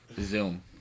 Zoom